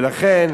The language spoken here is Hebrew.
ולכן,